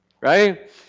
Right